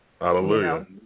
Hallelujah